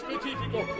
Specifico